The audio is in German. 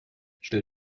stell